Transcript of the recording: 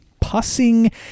pussing